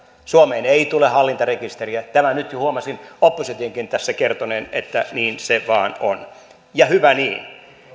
suomeen ei tule hallintarekisteriä tämän nyt jo huomasin oppositionkin tässä kertoneen että niin se vain on ja hyvä niin